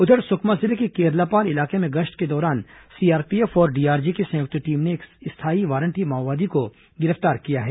उधर सुकमा जिले के केरलापाल इलाके में गश्त के दौरान सीआरपीएफ और डीआरजी की संयुक्त टीम ने एक स्थायी वारंटी माओवादी को गिरफ्तार किया है